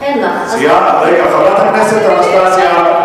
חברת הכנסת אנסטסיה.